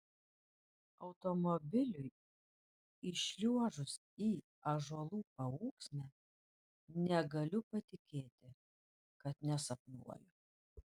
automobiliui įšliuožus į ąžuolų paūksmę negaliu patikėti kad nesapnuoju